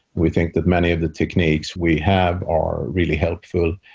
we think that many of the techniques we have are really helpful.